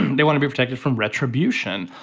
they want to be protected from retribution.